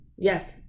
Yes